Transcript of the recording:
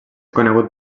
conegut